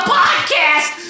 podcast